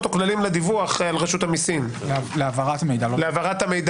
או כללים לדיווח על רשות המסים להעברת המידע.